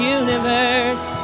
universe